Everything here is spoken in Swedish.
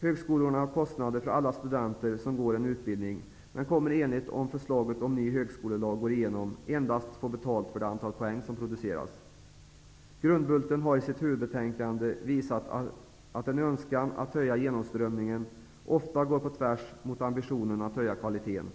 Högskolorna har kostnader för alla studenter som går en utbildning, men de kommer att, om förslaget till ny högskolelag går igenom, endast att få betalt för det antal poäng som produceras. Högskoleutredningen Grundbulten har i sitt huvudbetänkande visat att en önskan om att höja genomströmningen ofta går på tvärs mot ambitionen att höja kvaliteten.